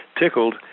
tickled